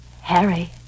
Harry